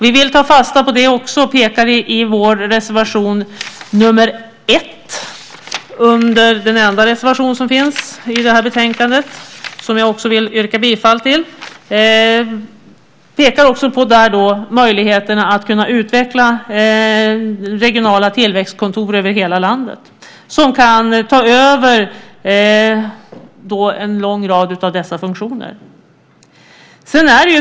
Vi vill ta fasta på det också och pekar i vår reservation nr 1, den enda reservation som finns i det här betänkandet och som jag också vill yrka bifall till, på möjligheterna att utveckla regionala tillväxtkontor över hela landet som kan ta över en lång rad av dessa funktioner.